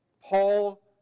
Paul